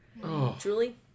Julie